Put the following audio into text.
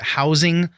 housing